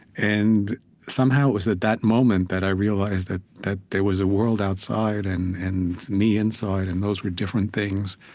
and somehow, it was at that moment that i realized that that there was a world outside, and and me inside, and those were different things.